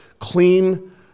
clean